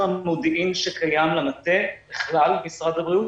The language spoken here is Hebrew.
המודיעין שקיים למטה בכלל במשרד הבריאות,